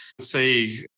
say